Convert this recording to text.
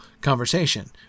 conversation